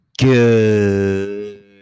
Good